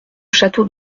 château